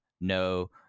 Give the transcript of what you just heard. no